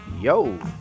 Yo